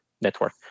network